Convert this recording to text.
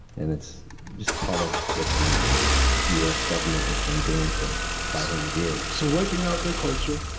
and it's just part of what the us government has been doing for five hundred years. so wiping out their culture,